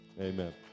Amen